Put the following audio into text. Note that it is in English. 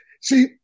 see